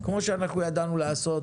כמו שידענו לעשות